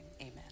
Amen